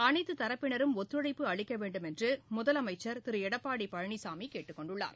அனைத்துதரப்பினரும் ஒத்துழைப்பு அளிக்கவேண்டும் என்றுமுதலமைச்சர் திருஎடப்பாடிபழனிசாமிகேட்டுக்கொண்டுள்ளார்